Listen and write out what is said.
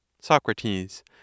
Socrates